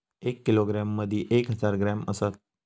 एक किलोग्रॅम मदि एक हजार ग्रॅम असात